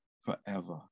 forever